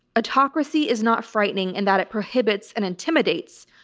autocracy is not frightening and that it prohibits and intimidates.